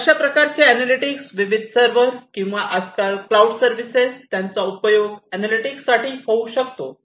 अशा प्रकारचे अॅनालॅटिक्स विविध सर्वर किंवा आजकाल क्लाऊड सर्विसेस त्यांचा उपयोग अॅनालॅटिक्स साठी होऊ शकतो